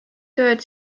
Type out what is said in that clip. tööd